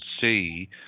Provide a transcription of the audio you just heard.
see